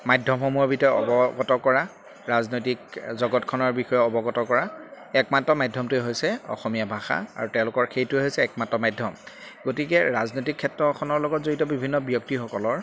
মাধ্যমসমূহৰ ভিতৰত অৱগত কৰা ৰাজনৈতিক জগতখনৰ বিষয়ে অৱগত কৰা একমাত্ৰ মাধ্যমটোৱেই হৈছে অসমীয়া ভাষা আৰু তেওঁলোকৰ সেইটোৱে হৈছে একমাত্ৰ মাধ্যম গতিকে ৰাজনৈতিক ক্ষেত্ৰখনৰ লগত জড়িত বিভিন্ন ব্যক্তিসকলৰ